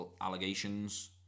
allegations